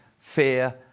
fear